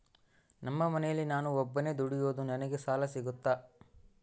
ನಮ್ಮ ಮನೆಯಲ್ಲಿ ನಾನು ಒಬ್ಬನೇ ದುಡಿಯೋದು ನನಗೆ ಸಾಲ ಸಿಗುತ್ತಾ?